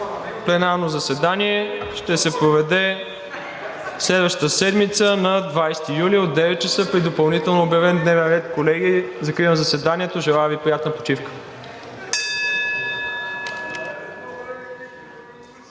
пленарно заседание ще се проведе следващата седмица на 20 юли от 9,00 часа при допълнително обявен дневен ред. Колеги, закривам заседанието. Желая Ви приятна почивка.